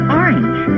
orange